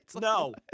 No